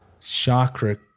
Chakra